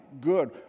good